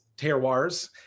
terroirs